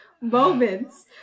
moments